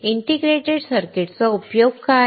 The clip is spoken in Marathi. इंटिग्रेटेड सर्किट चा उपयोग काय